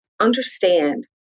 Understand